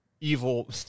evil